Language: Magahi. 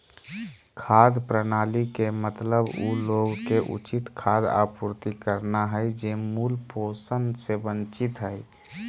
खाद्य प्रणाली के मतलब उ लोग के उचित खाद्य आपूर्ति करना हइ जे मूल पोषण से वंचित हइ